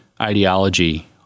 ideology